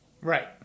Right